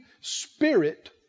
spirit